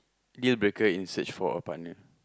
dealbreaker in search for a partner